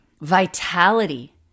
vitality